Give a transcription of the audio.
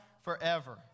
forever